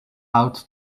out